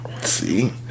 See